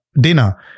Dinner